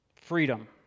freedom